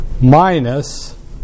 minus